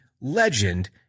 legend